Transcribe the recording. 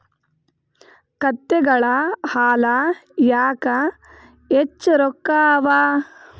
ಕತ್ತೆಗಳ ಹಾಲ ಯಾಕ ಹೆಚ್ಚ ರೊಕ್ಕ ಅವಾ?